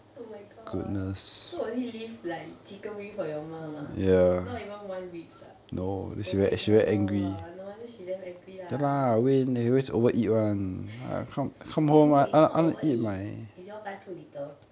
oh my god so only leave like chicken wing for your mum ah not even one ribs ah oh my god no wonder she damn angry lah no it's not over eat is you all buy too little